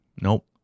Nope